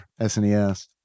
SNES